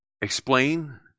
explain